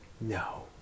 No